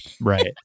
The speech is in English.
Right